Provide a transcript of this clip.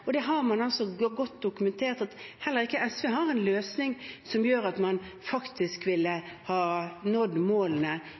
Man har godt dokumentert at heller ikke SV har en løsning som gjør at man faktisk ville